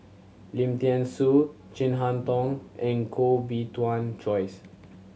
Lim Thean Soo Chin Harn Tong and Koh Bee Tuan Joyce